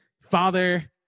father